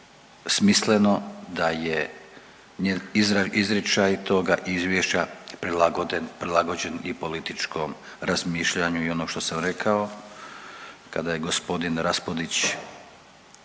smisleno da je izričaj toga izvješća prilagođen i političkom razmišljanju i onog što sam rekao kada je g. Raspudić